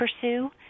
pursue